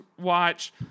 watch